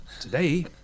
Today